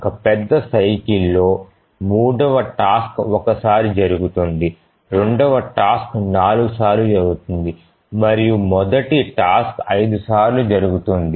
ఒక పెద్ద సైకిల్ లో మూడవ టాస్క్ ఒకసారి జరుగుతుంది రెండవ టాస్క్ 4 సార్లు జరుగుతుంది మరియు మొదటి టాస్క్ 5 సార్లు జరుగుతుంది